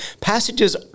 passages